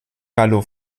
gallo